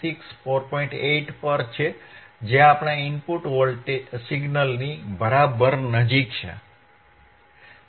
8 પર છે જે આપણા ઇનપુટ સિગ્નલની બરાબર નજીક છે